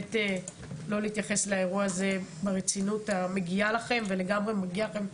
ובאמת לא להתייחס לאירוע ברצינות המגיעה לכם ולגמרי מגיעה לכם.